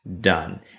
done